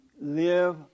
live